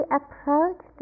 approach